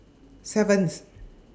seventh